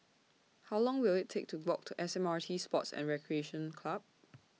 How Long Will IT Take to Walk to S M R T Sports and Recreation Club